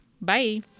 bye